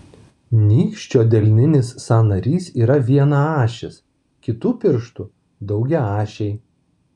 nykščio delninis sąnarys yra vienaašis kitų pirštų daugiaašiai